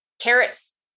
carrots